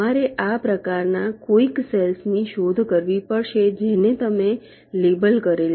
તમારે આ પ્રકારના કોઈક સેલ્સ ની શોધ કરવી પડશે જેને તમે લેબલ કરેલ છે